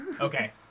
Okay